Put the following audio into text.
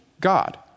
God